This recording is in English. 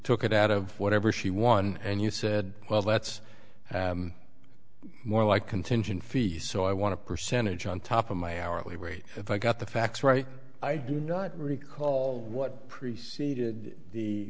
took it out of whatever she won and you said well that's more like contingent fees so i want to percentage on top of my hourly rate if i got the facts right i do not recall what preceded the